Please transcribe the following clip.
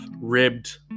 ribbed